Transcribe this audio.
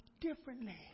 differently